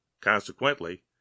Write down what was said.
consequently